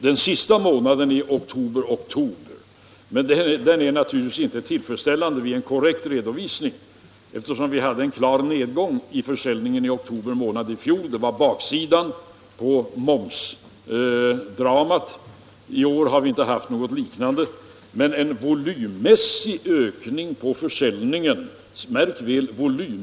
Den sista månaden av perioden oktober 1974-oktober 1975 — den här uppgiften är naturligtvis inte tillfredsställande vid en korrekt redovisning, eftersom vi hade en klar nedgång i försäljningen i oktober månad i fjol — har försäljningen visat en volymmässig ökning på 12 96.